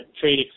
trade